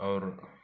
और